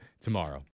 tomorrow